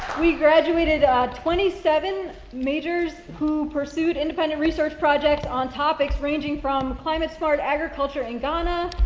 we graduated a twenty seven majors who pursued independent research project on topics ranging from climate smart agriculture in ghana,